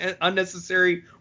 unnecessary